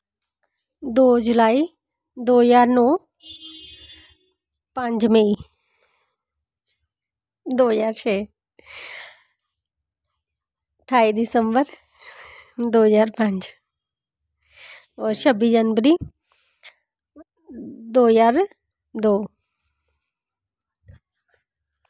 दौ जुलाई दौ ज्हार नौ पंज मेई दौ ज्हार छे ठाई दिसंबर दौ ज्हार पंज होर छब्बी जनवरी दौ ज्हार दौ